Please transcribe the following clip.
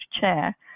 chair